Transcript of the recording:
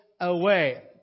away